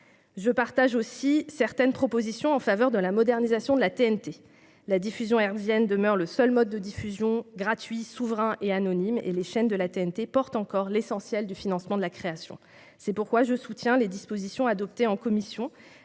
Je partage aussi certaines propositions en faveur de la modernisation de la télévision numérique terrestre (TNT). La diffusion hertzienne demeure le seul mode de diffusion gratuit, souverain et anonyme, et les chaînes de la TNT portent encore l'essentiel du financement de la création. C'est pourquoi je soutiens les dispositions adoptées en commission,